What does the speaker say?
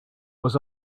was